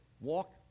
walk